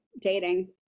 Dating